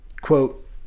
Quote